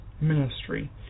ministry